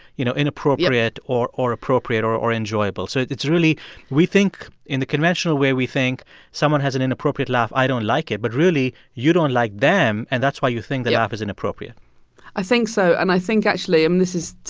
you know, inappropriate or or appropriate or or enjoyable. so it's really we think in the conventional way, we think someone has an inappropriate laugh, i don't like it. but really, you don't like them, and that's why you think their laugh is inappropriate i think so. and i think actually and um this is,